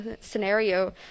scenario